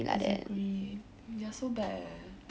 exactly ya so bad eh